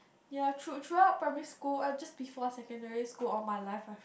ya through through out primary school ah just before secondary school of my life I've